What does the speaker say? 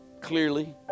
clearly